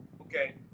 Okay